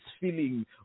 feeling